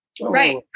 right